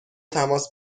تماس